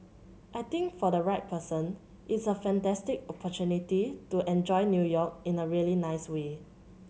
I think for the right person it's a fantastic opportunity to enjoy New York in a really nice way